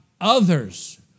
others